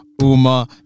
Uma